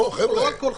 לא על כל חדר.